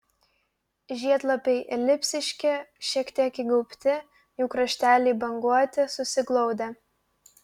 žiedlapiai elipsiški šiek tiek įgaubti jų krašteliai banguoti susiglaudę